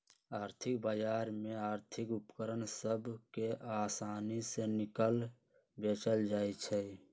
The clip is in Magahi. आर्थिक बजार में आर्थिक उपकरण सभ के असानि से किनल बेचल जाइ छइ